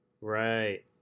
Right